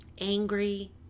angry